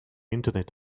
internet